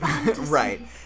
Right